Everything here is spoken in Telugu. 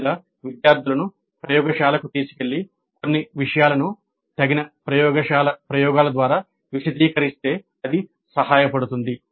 లేదా విద్యార్థులను ప్రయోగశాలకు తీసుకువెళ్ళి కొన్ని విషయాలను తగిన ప్రయోగశాల ప్రయోగాల ద్వారా విశదీకరిస్తే అది సహాయపడుతుంది